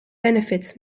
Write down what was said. benefits